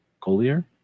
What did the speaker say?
Collier